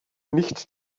nicht